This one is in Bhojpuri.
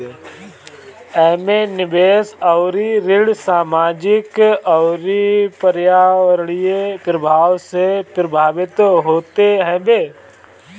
एमे निवेश अउरी ऋण सामाजिक अउरी पर्यावरणीय प्रभाव से प्रभावित होत हवे